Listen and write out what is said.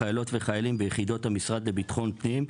חיילות וחיילים ביחידות המשרד לביטחון פנים,